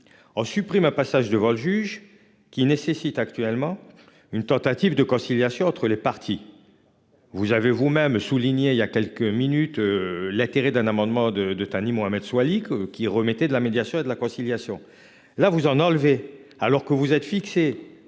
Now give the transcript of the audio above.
En supprime un passage devant le juge qui nécessite actuellement une tentative de conciliation entre les parties. Vous avez vous-même souligné, il y a quelques minutes. L'intérêt d'un amendement de 2. Thani Mohamed Soilihi qui remettait de la médiation et de la conciliation là vous en enlever alors que vous êtes fixé